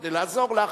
כדי לעזור לך,